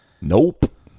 Nope